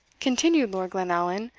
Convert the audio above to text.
continued lord glenallan,